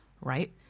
right